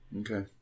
Okay